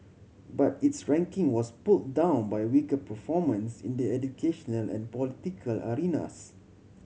but its ranking was pulled down by weaker performance in the educational and political arenas